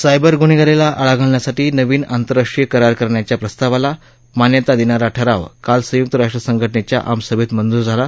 cyber गुन्हेगारीला आळा घालण्यासाठी नवीन आंतरराष्ट्रीय करार करण्याचा प्रस्तावाला प्रक्रियेला मान्यता देणारा ठराव काल संयुक्त राष्ट्र संघटनेच्या आम सभेत मंजूर झाला